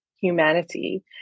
humanity